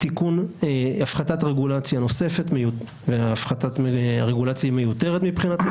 הפחתת רגולציה נוספת ומיותרת מבחינתי,